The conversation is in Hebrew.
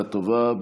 בשעה טובה.